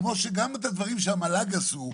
כמו שגם את הדברים שהמל"ג עשו,